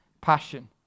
passion